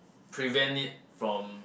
prevent it from